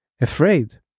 afraid